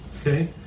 okay